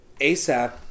ASAP